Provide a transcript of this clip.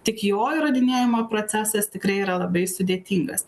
tik jo įrodinėjimo procesas tikrai yra labai sudėtingas